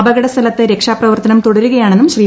അപകടസ്ഥലത്ത്രക്ഷാപ്രവർത്തനം തുടരുകയാണെന്നും ശ്രീ